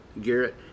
Garrett